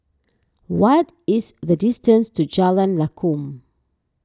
what is the distance to Jalan Lakum